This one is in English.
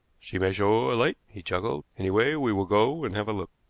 she may show a light, he chuckled. anyway, we will go and have a look.